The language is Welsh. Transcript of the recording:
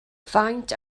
faint